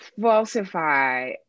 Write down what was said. falsify